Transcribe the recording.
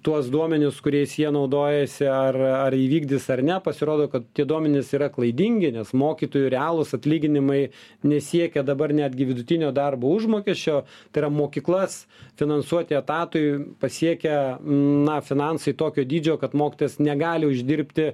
tuos duomenis kuriais jie naudojasi ar ar įvykdys ar ne pasirodo kad tie duomenys yra klaidingi nes mokytojų realūs atlyginimai nesiekia dabar netgi vidutinio darbo užmokesčio tai yra mokyklas finansuoti etatui pasiekę na finansai tokio dydžio kad mokytojas negali uždirbti